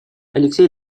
алексей